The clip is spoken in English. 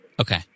Okay